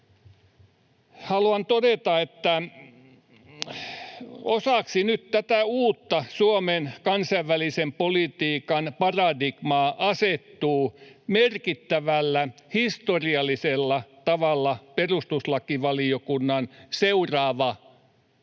haluan todeta, että osaksi nyt tätä uutta Suomen kansainvälisen politiikan paradigmaa asettuu merkittävällä historiallisella tavalla perustuslakivaliokunnan seuraava